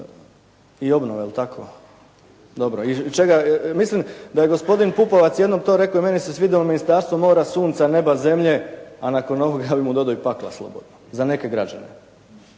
I obnove jel' tako?/ … Dobro, i čega? Mislim da je gospodin Pupovac jednom to rekao i meni se svidjelo Ministarstvo mora, sunca, neba, zemlje. A nakon ovog ja bih mu dodao i pakla, slobodno, za neke građane.